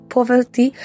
poverty